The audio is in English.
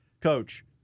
Coach